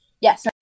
yes